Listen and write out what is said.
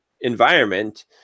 environment